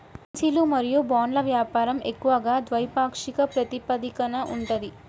కరెన్సీలు మరియు బాండ్ల వ్యాపారం ఎక్కువగా ద్వైపాక్షిక ప్రాతిపదికన ఉంటది